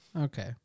Okay